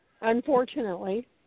Unfortunately